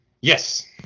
Yes